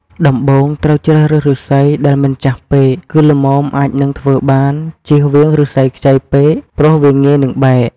ដំបូង ត្រូវជ្រើសរើសឫស្សី ដែលមិនចាស់ពេក គឺល្មមអាចនឹងធ្វើបាន ជៀសវាងឫស្សីខ្ចីពេក ព្រោះវាងាយនិងបែក។